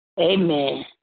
Amen